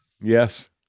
Yes